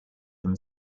from